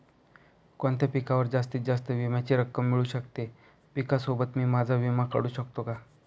कोणत्या पिकावर जास्तीत जास्त विम्याची रक्कम मिळू शकते? पिकासोबत मी माझा विमा काढू शकतो का?